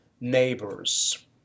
neighbor's